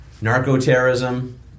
narco-terrorism